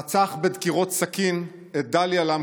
רצח בדקירות סכין את דליה למקוס,